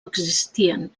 existien